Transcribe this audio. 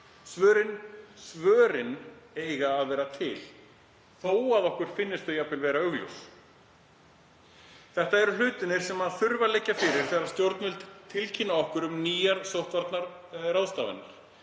Svörin eiga að vera til þó að okkur finnist þau jafnvel augljós. Þetta eru hlutirnir sem þurfa að liggja fyrir þegar stjórnvöld tilkynna okkur um nýjar sóttvarnaráðstafanir.